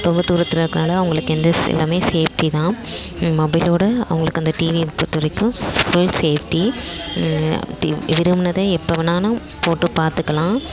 ரொம்ப தூரத்தில் இருக்கிறனால அவங்களுக்கு எந்த எல்லாமே சேஃப்ட்டி தான் மொபைலில் விட அவர்களுக்கு அந்த டிவியை பொறுத்தவரைக்கும் புல் சேஃப்ட்டி விரும்பினத எப்போ வேண்ணாலும் போட்டு பார்த்துக்கலாம்